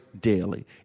daily